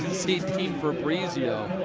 see dean fabrizio,